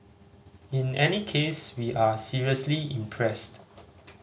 in any case we are seriously impressed